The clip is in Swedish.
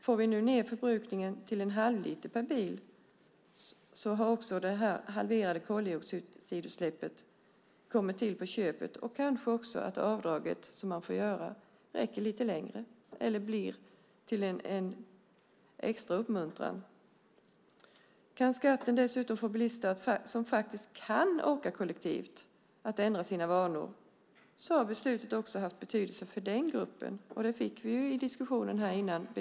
Får vi nu ned förbrukningen till en halvliter per bil har det halverade koldioxidutsläppet kommit till på köpet. Kanske också att avdraget som man får göra räcker lite längre eller blir till en extra uppmuntran. Kan skatten dessutom få bilister som faktiskt kan åka kollektivt att ändra sina vanor har beslutet också haft betydelse för den gruppen. Det fick vi bevis för i diskussionen här innan.